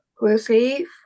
Receive